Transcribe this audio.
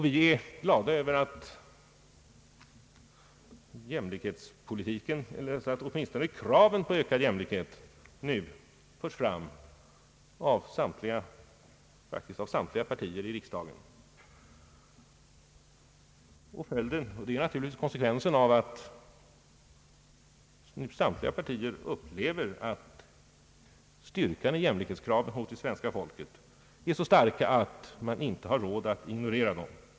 Vi är glada över att kraven på ökad jämlikhet nu förs fram av samt liga partier i riksdagen. Det är naturligtvis konsekvensen av att samtliga partier upplever att jämlikhetskravet hos det svenska folket är så starkt att man inte har råd att ignorera det.